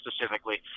specifically